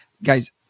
Guys